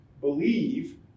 believe